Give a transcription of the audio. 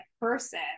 person